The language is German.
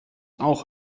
auch